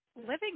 living